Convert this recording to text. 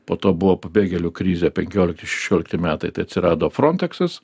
po to buvo pabėgėlių krizė penkiolikti šešiolikti metai tai atsirado fronteksas